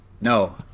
no